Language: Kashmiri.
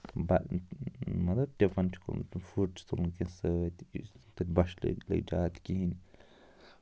مطلب ڈِفرَنٹ فُڈ چھِ تُلُن کینٛہہ سۭتۍ یُس نہٕ تَتہِ وٚچھِ لگہِ لہ زیادٕ کِہیٖنۍ